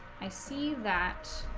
i see that